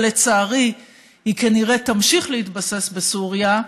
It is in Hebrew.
ולצערי היא כנראה תמשיך להתבסס בסוריה.